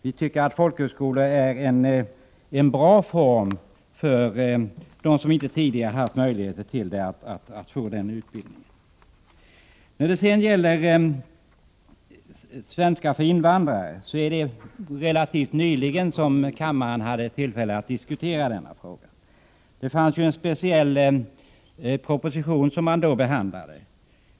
Vi tycker att folkhögskolor är en bra form för dem som inte tidigare fått någon utbildning att tala om. Kammaren hade relativt nyligen möjlighet att diskutera frågan om undervisning för invandrare i svenska språket. Vid det tillfället behandlades en särskild proposition i ämnet.